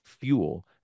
fuel